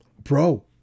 Bro